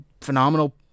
phenomenal